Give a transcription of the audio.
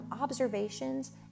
observations